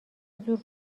زور